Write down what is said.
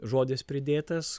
žodis pridėtas